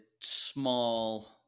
small